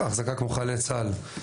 לגבי החזקה כמו חיילי צה"ל,